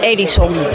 Edison